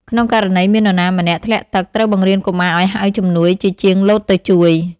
ក្នុងករណីមាននរណាម្នាក់ ធ្លាក់ទឹក ត្រូវបង្រៀនកុមារឱ្យហៅជំនួយជាជាងលោតទៅជួយ។